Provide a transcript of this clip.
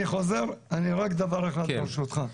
עוד דבר אחד, ברשותך: